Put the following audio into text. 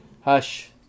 hush